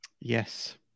Yes